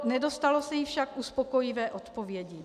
Nedostalo se jí však uspokojivé odpovědi.